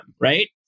right